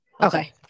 Okay